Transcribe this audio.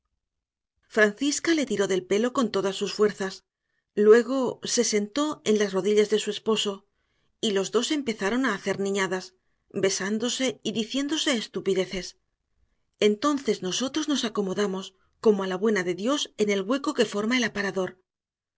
francisca le tiró del pelo con todas sus fuerzas luego se sentó en las rodillas de su esposo y los dos empezaron a hacer niñadas besándose y diciéndose estupideces entonces nosotros nos acomodamos como a la buena de dios en el hueco que forma el aparador